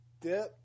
dip